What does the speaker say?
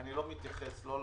אני לא מתייחס לא למנכ"לית,